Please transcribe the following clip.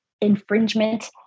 infringement